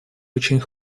очень